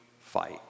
fight